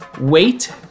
wait